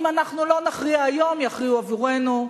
אם אנחנו לא נכריע היום, יכריעו עבורנו.